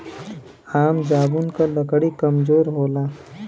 आम जामुन क लकड़ी कमजोर होला